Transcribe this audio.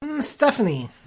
Stephanie